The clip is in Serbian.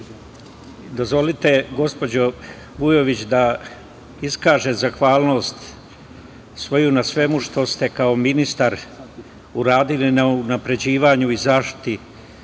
dozvolite gospođo Vujović da iskažem zahvalnost na svemu što ste kao ministar uradili na unapređenju i na zaštiti